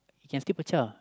it can still pecah